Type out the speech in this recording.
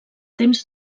temps